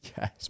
Yes